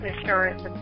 insurance